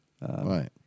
Right